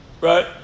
Right